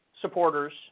supporters